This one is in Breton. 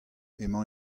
emañ